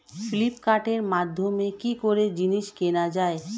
ফ্লিপকার্টের মাধ্যমে কি করে জিনিস কেনা যায়?